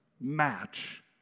match